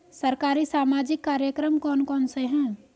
सरकारी सामाजिक कार्यक्रम कौन कौन से हैं?